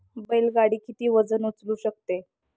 बैल गाडी किती वजन उचलू शकते?